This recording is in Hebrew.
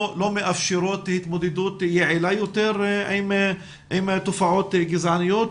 מאפשרות התמודדות יעילה יותר עם תופעות גזעניות.